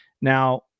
Now